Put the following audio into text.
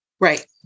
Right